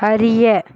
அறிய